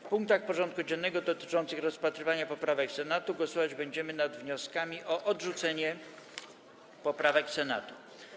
W punktach porządku dziennego dotyczących rozpatrywania poprawek Senatu głosować będziemy nad wnioskami o odrzucenie poprawek Senatu.